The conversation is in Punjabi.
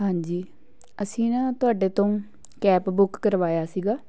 ਹਾਂਜੀ ਅਸੀਂ ਨਾ ਤੁਹਾਡੇ ਤੋਂ ਕੈਬ ਬੁੱਕ ਕਰਵਾਇਆ ਸੀਗਾ